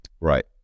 Right